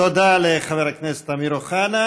תודה לחבר הכנסת אמיר אוחנה.